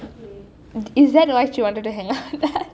is that why she wanted to hang out